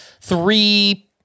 three